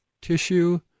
tissue